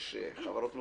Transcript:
יש חברות נוספות,